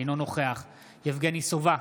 אינו נוכח יבגני סובה,